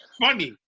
funny